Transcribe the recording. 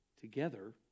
together